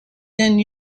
than